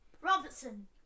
Robertson